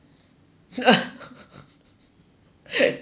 yes